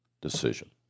decision